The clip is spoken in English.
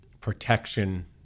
protection